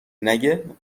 نگه